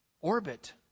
orbit